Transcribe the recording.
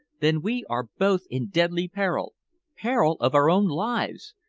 then we are both in deadly peril peril of our own lives!